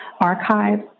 archives